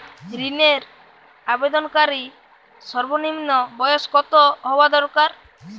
ঋণের আবেদনকারী সর্বনিন্ম বয়স কতো হওয়া দরকার?